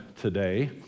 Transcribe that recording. today